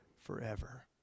forever